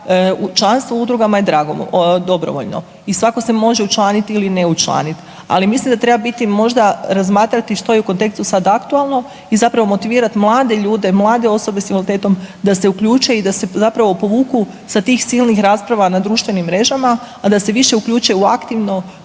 da, članstvo u udrugama dobrovoljno i svako se može učlaniti ili ne učlaniti ali mislim da treba biti možda razmatrati što je u kontekstu sad aktualno i zapravo motivirati mlade ljude, mlade osobe s invaliditetom da se uključe i da se zapravo povuku sa tih silnih rasprava na društvenim mrežama, a da se više uključe u aktivno